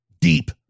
deep